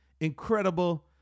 Incredible